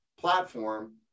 platform